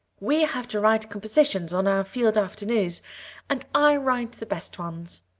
we have to write compositions on our field afternoons and i write the best ones.